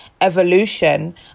evolution